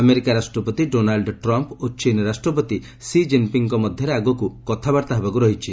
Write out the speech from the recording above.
America ରାଷ୍ଟ୍ରପତି Donald Trump ଓ ଚୀନ ରାଷ୍ଟ୍ରପତି ଷି କିନ୍ପିଙ୍ଗ୍ଙ୍କ ମଧ୍ୟରେ ଆଗକୁ କଥାବାର୍ତ୍ତା ହେବାକୁ ରହିଛି